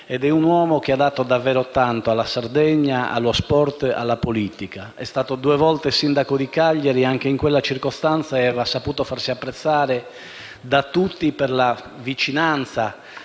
È un uomo che ha dato davvero tanto alla Sardegna, allo sport e alla politica. È stato due volte sindaco di Cagliari: anche in quella circostanza ha saputo farsi apprezzare da tutti per la vicinanza